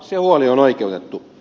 se huoli on oikeutettu